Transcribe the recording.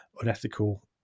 unethical